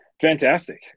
fantastic